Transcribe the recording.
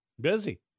busy